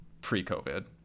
pre-COVID